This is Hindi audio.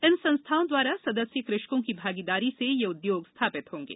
इन संस्थाओं दवारा सदस्य कृषकों की भागीदारी से ये उदयोग स्थापित होंगे